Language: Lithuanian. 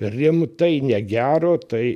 rimtai negero tai